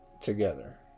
together